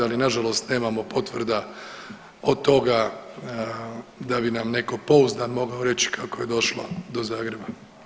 Ali na žalost nemamo potvrda od toga da bi nam netko pouzdan mogao reći kako je došla do Zagreba.